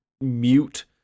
mute